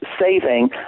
saving